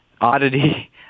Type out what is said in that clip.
oddity